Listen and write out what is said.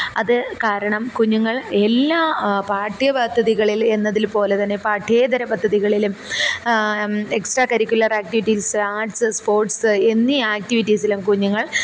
അത് കാരണം കുഞ്ഞുങ്ങൾ എല്ലാ പാഠ്യ പദ്ധതികളിൽ എന്നതിൽ പോലെ തന്നെ പഠ്യേതര പദ്ധതികളിലും എക്സ്ട്രാകരിക്കുലർ ആക്റ്റിവിറ്റീസ് ആർട്സ് സ്പോർട്സ് എന്നീ ആക്റ്റിവിറ്റീസിലും കുഞ്ഞുങ്ങൾ